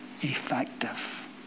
effective